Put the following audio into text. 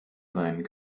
sein